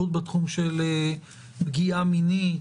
אנחנו יודעים שבייחוד בתחום של פגיעה מינית,